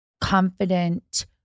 confident